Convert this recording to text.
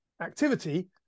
activity